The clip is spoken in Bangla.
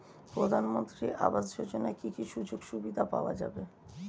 প্রধানমন্ত্রী আবাস যোজনা কি কি সুযোগ সুবিধা পাওয়া যাবে?